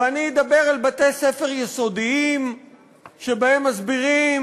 ואני אדבר על בתי-ספר יסודיים שבהם מסבירים